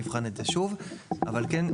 אבל כן,